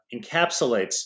encapsulates